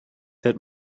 that